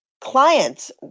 clients